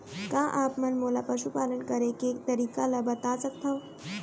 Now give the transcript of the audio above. का आप मन मोला पशुपालन करे के तरीका ल बता सकथव?